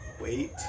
wait